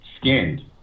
skinned